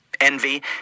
envy